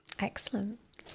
excellent